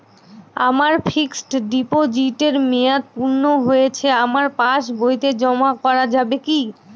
আমার ফিক্সট ডিপোজিটের মেয়াদ পূর্ণ হয়েছে আমার পাস বইতে জমা করা যাবে কি?